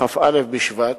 כ"א בשבט,